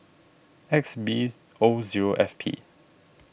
X B O zero F P